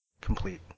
Complete